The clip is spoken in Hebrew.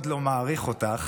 אני מאוד לא מעריך אותך.